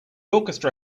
orchestra